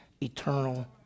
eternal